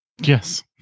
Yes